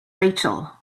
rachel